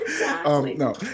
no